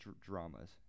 dramas